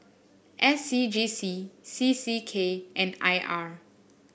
S C G C C C K and I R